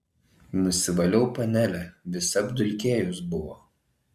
nusivaliau panelę visa apdulkėjus buvo